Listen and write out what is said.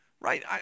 right